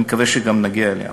אני מקווה שגם נגיע אליהם.